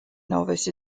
novice